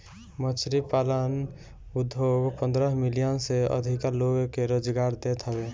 मछरी पालन उद्योग पन्द्रह मिलियन से अधिका लोग के रोजगार देत हवे